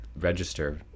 register